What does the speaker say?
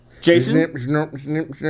Jason